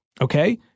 Okay